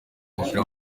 w’umupira